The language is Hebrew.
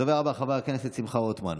הדובר הבא, חבר הכנסת שמחה רוטמן,